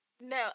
No